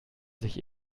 sich